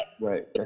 right